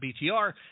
BTR